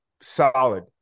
solid